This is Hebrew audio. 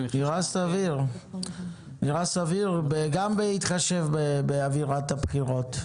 נראה סביר, גם בהתחשב באווירת הבחירות,